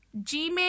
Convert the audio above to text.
gmail